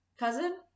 Cousin